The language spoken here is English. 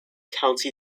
county